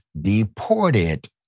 deported